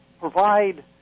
provide